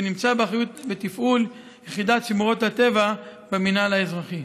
ונמצא באחריות ובתפעול של יחידת שמורות הטבע במינהל האזרחי.